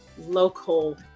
local